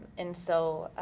and so